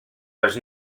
les